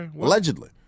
Allegedly